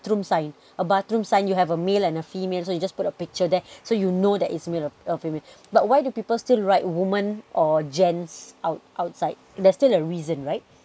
sign a bathroom sign you have a male and a female so you just put a picture there so you know that is male or female but why do people still write women or gents out outside there's still a reason right